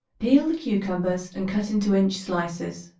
peel the cucumbers and cut into inch slices.